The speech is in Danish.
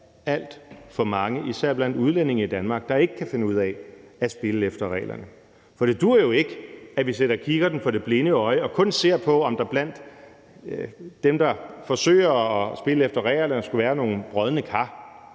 i Danmark, især blandt udlændingene, der ikke kan finde ud af at spille efter reglerne. For det duer jo ikke, at vi sætter kikkerten for det blinde øje og kun ser på, om der blandt dem, der forsøger på at spille efter reglerne, skulle være nogle brodne kar,